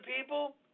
people